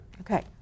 Okay